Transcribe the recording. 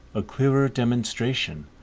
a clearer demonstration,